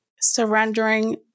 surrendering